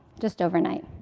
just overnight.